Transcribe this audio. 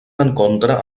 encontre